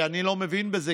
אני לא מבין בזה,